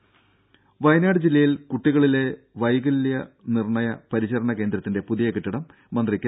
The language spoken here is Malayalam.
ദര വയനാട് ജില്ലയിൽ കുട്ടികളിലെ വൈകല്യ നിർണയ പരിചരണ കേന്ദ്രത്തിന്റെ പുതിയ കെട്ടിടം മന്ത്രി കെ